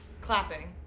clapping